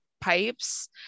pipes